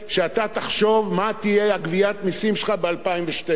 ואתה תחשוב מה תהיה גביית המסים שלך ב-2012.